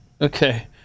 okay